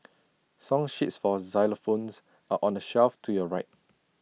song sheets for xylophones are on the shelf to your right